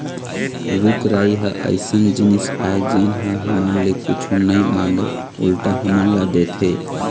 रूख राई ह अइसन जिनिस आय जेन ह हमर ले कुछु नइ मांगय उल्टा हमन ल देथे